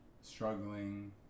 struggling